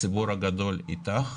והציבור הגדול איתך